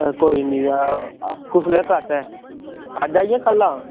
कोई निं अहें कुसलै तक आचै अज्ज आई जाचै कल आं